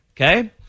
Okay